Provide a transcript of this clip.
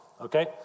Okay